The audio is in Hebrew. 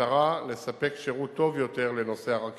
במטרה לספק שירות טוב יותר לנוסעי הרכבת,